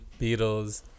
Beatles